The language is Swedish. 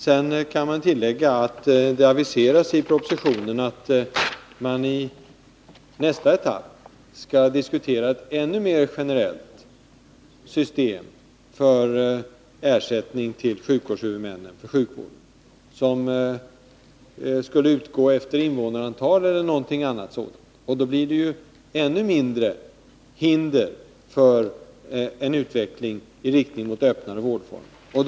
Jag kan sedan tillägga att det i propositionen aviseras att man i nästa etapp skall diskutera ett ännu mer generellt system för ersättning till sjukvårdshuvudmännen, som skall utgå efter invånarantal eller något liknande. Då blir det ännu mindre hinder för en utveckling i riktning mot öppnare vårdformer.